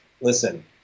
Listen